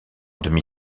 demi